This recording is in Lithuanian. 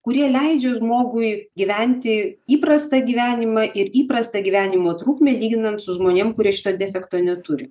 kurie leidžia žmogui gyventi įprastą gyvenimą ir įprastą gyvenimo trukmę lyginant su žmonėm kurie šito defekto neturi